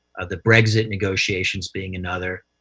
the brexit negotiations being another.